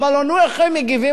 אמר לו: נו, איך הם מגיבים?